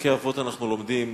בפרקי אבות אנחנו לומדים